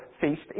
feast